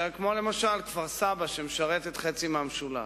כמו למשל כפר-סבא, שמשרתת חצי מהמשולש.